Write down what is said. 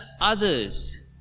others